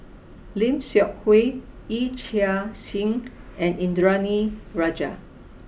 Lim Seok Hui Yee Chia Hsing and Indranee Rajah